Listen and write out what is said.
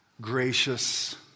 gracious